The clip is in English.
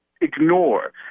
ignore